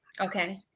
Okay